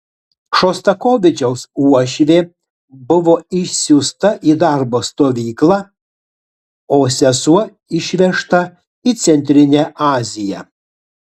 šostakovičiaus uošvė buvo išsiųsta į darbo stovyklą o sesuo išvežta į centrinę aziją